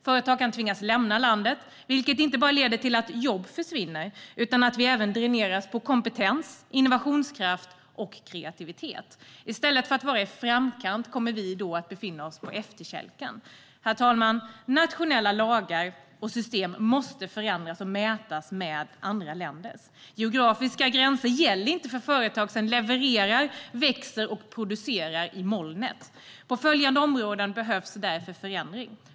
Företag kan tvingas lämna landet, vilket inte bara leder till att jobb försvinner utan även till att vi dräneras på kompetens, innovationskraft och kreativitet. I stället för att vara i framkant kommer vi då att hamna på efterkälken. Herr talman! Nationella lagar och system måste förändras och mätas med andra länders. Geografiska gränser gäller inte för företag som levererar, växer och producerar i molnet. På följande områden behövs därför förändring.